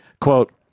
Quote